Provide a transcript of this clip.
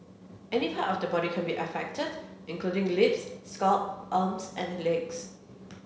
any part of the body can be affected including lips scalp arms and legs